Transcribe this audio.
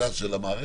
בתחזוקה של המערכת?